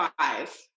five